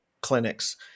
clinics